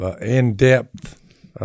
in-depth